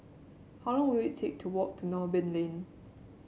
how long will it take to walk to Noordin Lane